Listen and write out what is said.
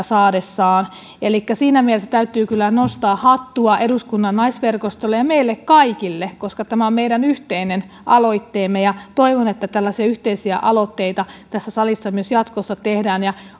saadessaan luottamuspalkkioita elikkä siinä mielessä täytyy kyllä nostaa hattua eduskunnan naisverkostolle ja meille kaikille koska tämä on meidän yhteinen aloitteemme ja toivon että tällaisia yhteisiä aloitteita tässä salissa myös jatkossa tehdään